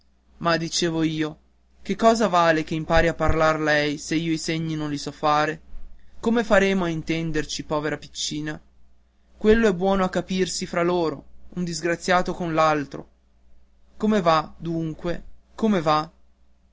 ma dicevo io che cosa vale che impari a parlare lei se io i segni non li so fare come faremo a intenderci povera piccina quello è buono per capirsi fra loro un disgraziato con l'altro come va dunque come va